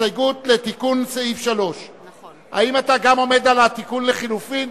לתיקון סעיף 3. האם אתה עומד גם על התיקון לחלופין?